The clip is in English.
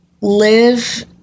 live